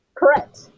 Correct